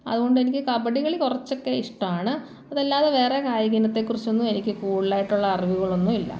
അതുകൊണ്ടെനിക്ക് കബഡി കളി കുറച്ചൊക്കെ ഇഷ്ടമാണ് അതല്ലാതെ വേറെ കായിക ഇനത്തെ കുറിച്ചൊന്നും എനിക്ക് കൂടുതലായിട്ടുള്ള അറിവുകളൊന്നുമില്ല